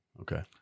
Okay